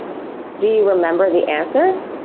do you remember the answers?